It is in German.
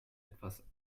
etwas